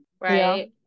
right